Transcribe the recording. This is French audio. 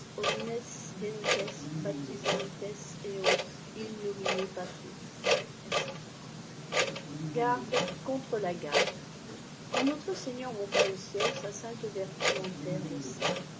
etc garde eontte la gale a quand notre-seigneur monta au ciel sa sainte vertu en terre